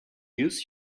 use